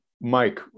Mike